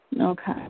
Okay